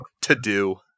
to-do